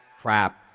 crap